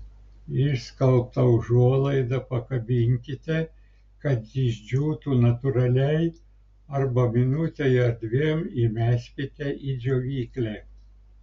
išskalbtą užuolaidą pakabinkite kad išdžiūtų natūraliai arba minutei ar dviem įmeskite į džiovyklę